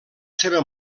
seva